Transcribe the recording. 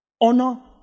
honor